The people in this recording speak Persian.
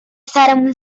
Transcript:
سرمون